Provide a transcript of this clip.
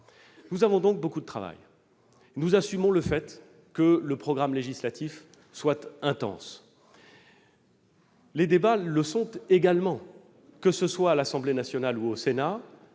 Nous avons donc beaucoup de travail. Nous assumons le fait que le rythme législatif soit intense. Les débats le sont également, que ce soit à l'Assemblée nationale ou au Sénat.